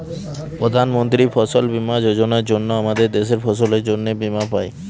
প্রধান মন্ত্রী ফসল বীমা যোজনার জন্য আমাদের দেশের ফসলের জন্যে বীমা পাই